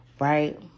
right